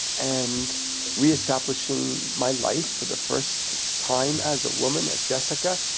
and reestablishing my life for the first time, as a woman, as jessica.